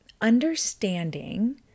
understanding